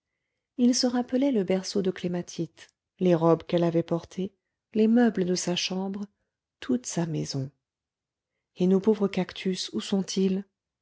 il se rappelait le berceau de clématite les robes qu'elle avait portées les meubles de sa chambre toute sa maison et nos pauvres cactus où sont-ils